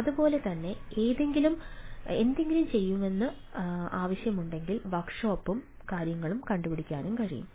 അതുപോലെ തന്നെ എന്തെങ്കിലും ചെയ്യണമെന്ന് ആവശ്യമുണ്ടെങ്കിൽ വർക്ക്ഷോപ്പും കാര്യങ്ങളും